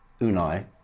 Unai